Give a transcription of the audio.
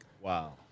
wow